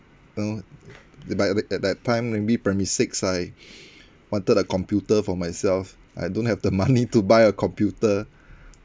you know by at at that time maybe primary six I wanted a computer for myself I don't have the money to buy a computer